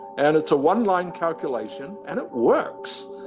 and it's a one line calculation, and it works.